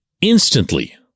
instantly